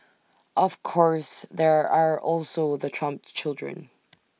of course there are also the Trump children